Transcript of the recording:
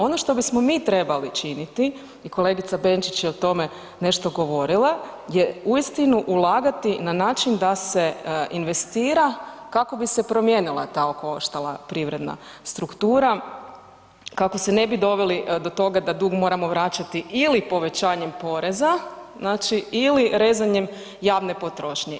Ono što bismo mi trebali činiti, i kolegica Benčić je o tome nešto govorila, je uistinu ulagati na način da se investira kako bi se promijenila ta okoštala privredna struktura, kako se ne bi doveli do toga da dug moramo vraćati ili povećanjem poreza znači ili rezanjem javne potrošnje.